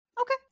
Okay